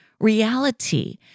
reality